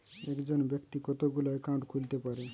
একজন ব্যাক্তি কতগুলো অ্যাকাউন্ট খুলতে পারে?